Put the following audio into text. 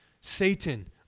Satan